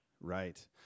Right